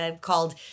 called